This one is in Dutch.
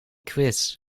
quiz